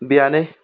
बिहानै